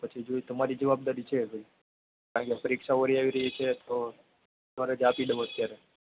પછી જો તમારી જવાબદારી છે ભઈ કારણકે પરીક્ષા વળી આવી રહી છે તો ફરજ આપી દઉ અત્યારે